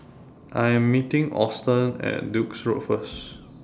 I Am meeting Alston At Duke's Road First